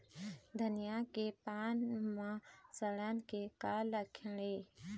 धनिया के पान म सड़न के का लक्षण ये?